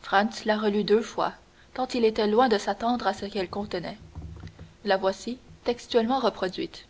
franz la relut deux fois tant il était loin de s'attendre à ce qu'elle contenait la voici textuellement reproduite